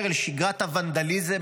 ולשגרת הוונדליזם,